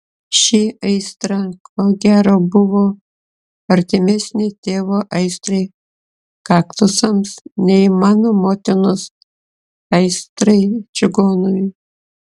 ši aistra ko gero buvo artimesnė tėvo aistrai kaktusams nei mano motinos aistrai čigonui